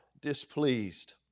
displeased